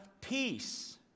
peace